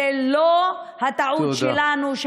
זו לא הטעות שלנו, תודה.